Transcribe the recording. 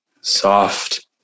soft